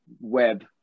web